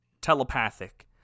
telepathic